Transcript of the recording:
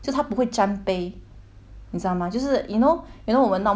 你知道吗就是 you know you know 我们 normally when we make up right we put lipstick right